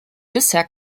bisher